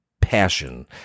passion